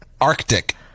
Arctic